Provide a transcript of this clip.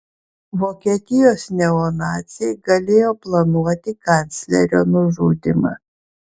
vokietijos neonaciai galėjo planuoti kanclerio nužudymą